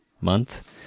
month